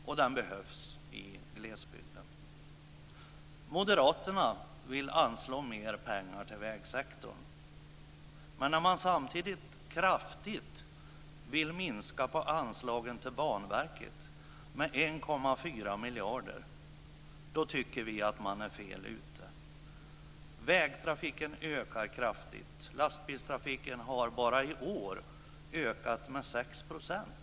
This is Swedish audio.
Dessutom behövs den i glesbygden. Moderaterna vill anslå mer pengar till vägsektorn. Men när man samtidigt kraftigt vill minska på anslagen till Banverket med 1,4 miljarder tycker vi att man är fel ute. Vägtrafiken ökar ju kraftigt. Bara i år har lastbilstrafiken ökat med 6 %.